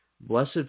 Blessed